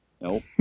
Nope